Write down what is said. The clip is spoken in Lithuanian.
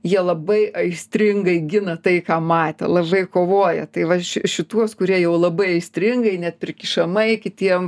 jie labai aistringai gina tai ką matė labai kovoja tai va ši šituos kurie jau labai aistringai net prikišamai kitiem